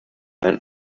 ein